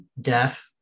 death